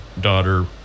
daughter